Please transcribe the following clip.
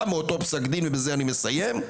גם מאותו פסק דין ובזה אני מסיים,